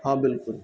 ہاں بالکل